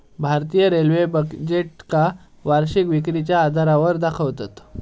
भारतीय रेल्वे बजेटका वर्षीय विक्रीच्या आधारावर दाखवतत